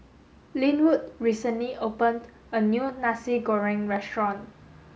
Linwood recently opened a new Nasi Goreng restaurant